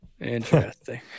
Interesting